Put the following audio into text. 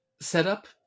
setup